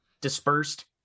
dispersed